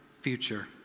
future